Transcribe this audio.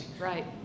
Right